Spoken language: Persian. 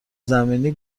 زمینی